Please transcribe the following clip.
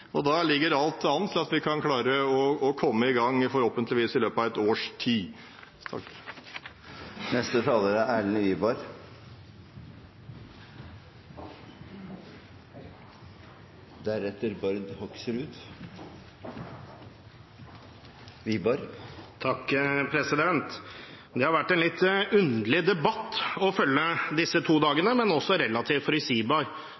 og da ligger alt an til at vi kan klare å komme i gang – forhåpentligvis i løpet av et års tid. Dette har vært en litt underlig, men også relativt forutsigbar debatt å følge disse to